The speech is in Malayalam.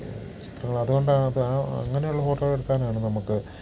ചിത്രങ്ങൾ അതുകൊണ്ടാണത് ആ അങ്ങനെയുള്ള ഫോട്ടോകൾ എടുക്കാനാണ് നമുക്ക്